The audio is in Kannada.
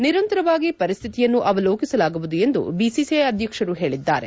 ನಿರಂತರವಾಗಿ ಪರಿಸ್ವಿತಿಯನ್ನು ಅವಲೋಕಿಸಲಾಗುವುದು ಎಂದು ಬಿಸಿಸಿಐ ಅಧ್ಯಕ್ಷರು ಹೇಳಿದರು